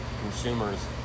consumers